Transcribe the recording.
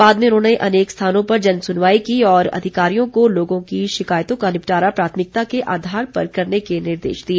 बाद में उन्होंने अनेक स्थानों पर जन सुनवाई की और अधिकारियों को लोगों की शिकायतों का निपटारा प्राथमिकता के आधार पर करने के निर्देश दिए